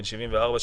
בן 74,